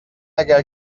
اگر